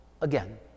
again